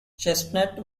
chestnut